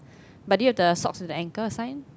but do you have the socks with the anchor sign